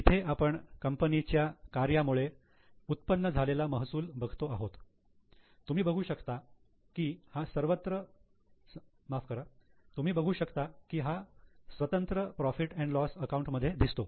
इथे आपण कंपनीच्या कार्यामुळे उत्पन्न झालेला महसूल बघतो आहोत तुम्ही बघू शकता की हा स्वतंत्र प्रॉफिट अँड लॉस अकाउंट मध्ये दिसतो